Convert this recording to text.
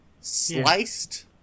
Sliced